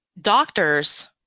doctors